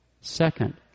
Second